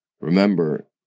remember